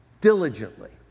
diligently